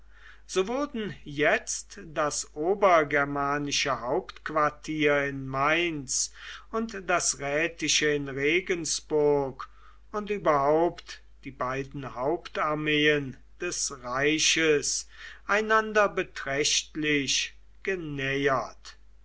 so wurden jetzt das obergermanische hauptquartier in mainz und das rätische in regensburg und überhaupt die beiden hauptarmeen des reiches einander beträchtlich genähert